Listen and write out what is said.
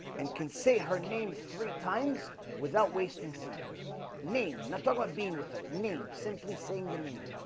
and can say her name three times without wasting seed name now talk about being with those names simply saying the name